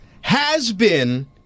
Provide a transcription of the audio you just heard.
has-been